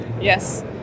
Yes